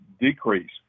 decrease